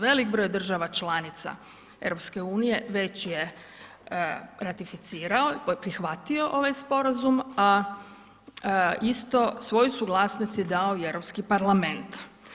Velik broj država članica EU-a već je ratificirao, prihvatio ovaj sporazum a isto svoju suglasnost je dao i Europski parlament.